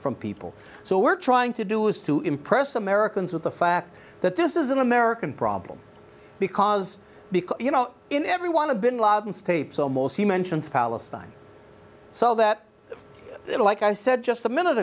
from people so we're trying to do is to impress americans with the fact that this is an american problem because because you know in every want to bin ladin stapes almost he mentions palestine so that like i said just a minute